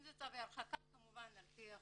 אם זה צווי הרחקה, כמובן, לפי החוק,